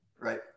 Right